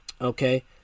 okay